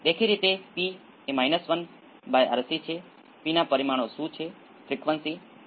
તો આ ફેરફારો કેવી રીતે બદલાય છે જે વર્ગ છે ω ના વ્યસ્તના વર્ગનો વર્ગ છે